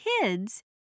kids